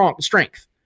strength